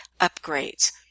upgrades